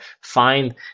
find